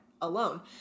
alone